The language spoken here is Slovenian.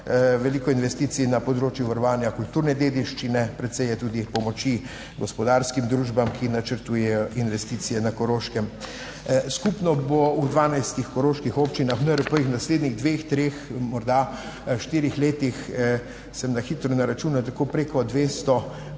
veliko investicij na področju varovanja kulturne dediščine, precej je tudi pomoči gospodarskim družbam, ki načrtujejo investicije na Koroškem. Skupno bo v 12 koroških občinah v NRP v naslednjih dveh, treh, morda štirih letih, sem na hitro na račun tako preko 250